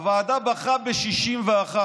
הוועדה בחרה ב-61.